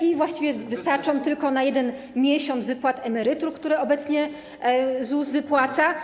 I właściwie wystarczą tylko na 1 miesiąc wypłat emerytur, które obecnie ZUS wypłaca.